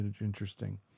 interesting